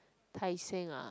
tai-seng ah